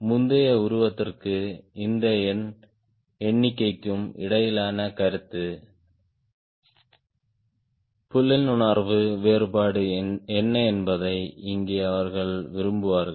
முந்தைய உருவத்திற்கும் இந்த எண்ணிக்கைக்கும் இடையிலான கருத்து புலனுணர்வு வேறுபாடு என்ன என்பதை இங்கே அவர்கள் விரும்புவார்கள்